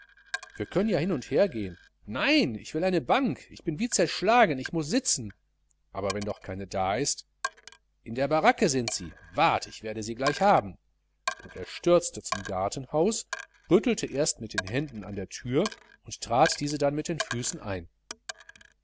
wir können ja hin und hergehn nein ich will eine bank ich bin wie zerschlagen ich muß sitzen aber wenn doch keine da ist in der baracke sind sie wart ich werde sie gleich haben und er stürzte zum gartenhaus rüttelte erst mit den händen an der thür und trat diese dann mit den füßen ein